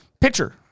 pitcher